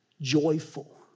joyful